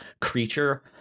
creature